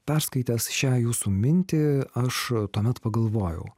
perskaitęs šią jūsų mintį aš tuomet pagalvojau